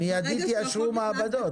מיידית יאשרו מעבדות.